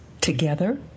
together